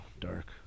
dark